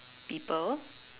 people